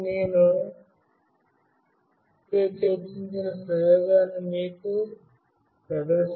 ఇప్పుడు నేను ఇప్పుడే చర్చించిన ప్రయోగాన్ని మేము మీకు ప్రదర్శిస్తాము